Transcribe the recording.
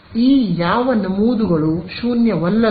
ಈ ಯಾವ ನಮೂದುಗಳು ಶೂನ್ಯವಲ್ಲದವು